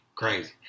crazy